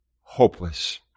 hopeless